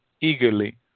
eagerly